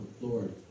Lord